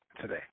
today